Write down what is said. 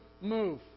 move